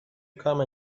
come